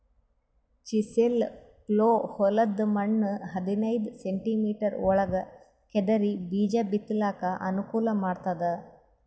chisel plough ಹೊಲದ್ದ್ ಮಣ್ಣ್ ಹದನೈದ್ ಸೆಂಟಿಮೀಟರ್ ಒಳಗ್ ಕೆದರಿ ಬೀಜಾ ಬಿತ್ತಲಕ್ ಅನುಕೂಲ್ ಮಾಡ್ತದ್